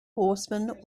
horsemen